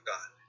God